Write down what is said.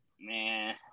man